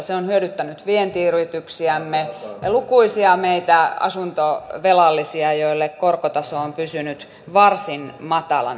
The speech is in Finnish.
se on hyödyttänyt vientiyrityksiämme ja lukuisia meitä asuntovelallisia joille korkotaso on pysynyt varsin matalana